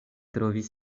trovis